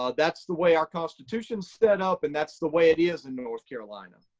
um that's the way our constitution set up, and that's the way it is in north carolina.